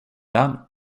den